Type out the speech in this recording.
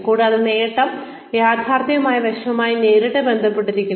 കൂടാതെ നേട്ടം യാഥാർത്ഥ്യമായ വശവുമായി നേരിട്ട് ബന്ധപ്പെട്ടിരിക്കുന്നു